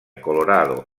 colorado